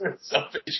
Selfish